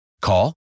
Call